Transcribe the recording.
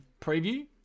preview